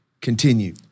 Continue